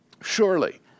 Surely